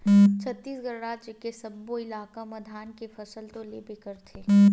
छत्तीसगढ़ राज के सब्बो इलाका म धान के फसल तो लेबे करथे